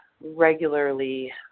regularly